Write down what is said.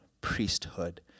priesthood